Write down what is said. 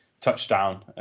touchdown